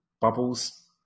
bubbles